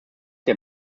der